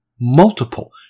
multiple